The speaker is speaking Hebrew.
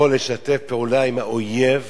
יכול לשתף פעולה עם האויב